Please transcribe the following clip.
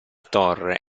torre